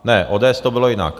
Ne, ODS, to bylo jinak.